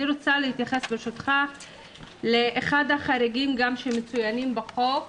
אני רוצה להתייחס ברשותך לאחד החריגים גם שמצוינים בחוק,